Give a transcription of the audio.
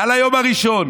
על היום הראשון